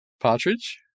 partridge